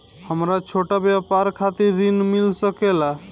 हमरा छोटा व्यापार खातिर ऋण मिल सके ला?